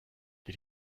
did